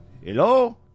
hello